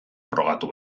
frogatu